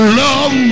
love